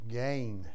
gain